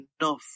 enough